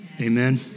Amen